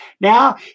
now